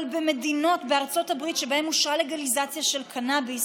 אבל במדינות בארצות הברית שבהן אושרה לגליזציה של קנביס